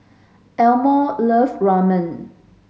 Elmore love Ramen